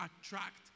attract